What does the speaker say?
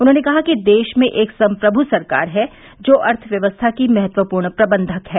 उन्होंने कहा कि देश में एक संप्रमु सरकार है जो अर्थव्यवस्था की महत्वपूर्ण प्रबंधक है